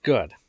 Good